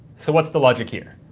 so what's the logic here?